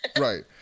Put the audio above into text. Right